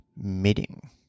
meeting